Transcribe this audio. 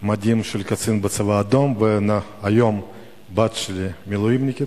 מדים של קצין בצבא האדום והיום הבת שלי מילואימניקית.